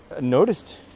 noticed